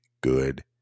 good